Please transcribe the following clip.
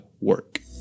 work